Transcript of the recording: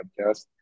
podcast